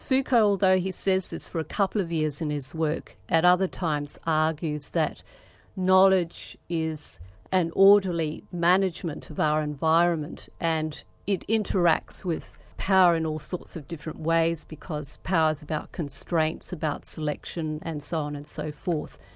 foucault, although he says this for a couple of years in his work, at other times argues that knowledge is an orderly management of our environment and it interacts with power in all sorts of different ways because power's about constraints, about selection and so on and so forth.